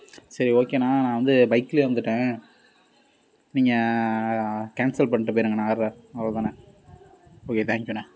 சரி ஓகேண்ணா நான் வந்து பைக்லயே வந்துவிட்டேன் நீங்கள் கேன்சல் பண்ணிவிட்டு போய்ருங்கண்ணே ஆர்டரை அவ்ளோ தாண்ணே ஓகே தேங்யூண்ணா